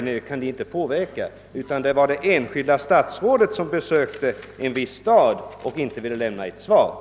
Det var inte det jag ville framhålla, utan att det enskilda statsråd som besökte en viss stad inte ville lämna svar på en fråga.